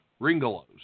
Ringolos